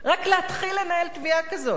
רק להתחיל לנהל תביעה כזאת,